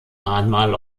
mahnmal